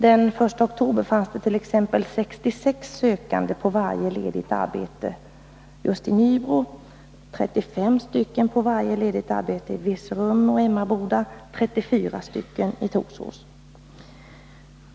Den 1 oktober noterades — för att ta ett exempel — 66 sökande på varje ledigt arbete i just Nybro, 35 på varje ledigt arbete i Virserum och Emmaboda samt 34 sökande i Torsås.